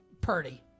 Purdy